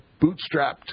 bootstrapped